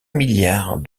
milliard